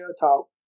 Talk